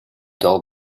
dull